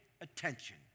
attention